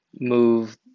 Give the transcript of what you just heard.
move